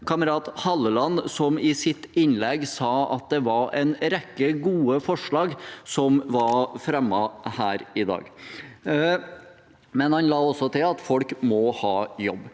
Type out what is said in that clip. kamerat Halleland, som i sitt innlegg sa at det var en rekke gode forslag som var fremmet her i dag, men han la også til at folk må ha jobb: